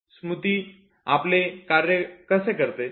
आपले स्मृती कसे कार्य करते